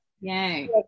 Yay